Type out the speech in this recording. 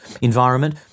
environment